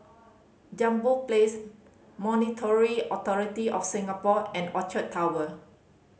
Jambol Place Monetary Authority Of Singapore and Orchard Tower